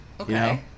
Okay